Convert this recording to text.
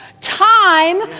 time